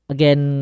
Again